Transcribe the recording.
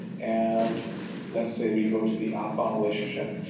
and let's say we go to the outbound relationship.